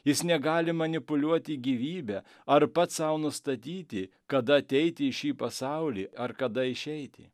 jis negali manipuliuoti gyvybe ar pats sau nustatyti kada ateiti į šį pasaulį ar kada išeiti